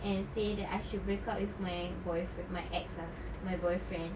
and say that I should breakup with my boyfriend my ex ah my boyfriend